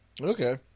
Okay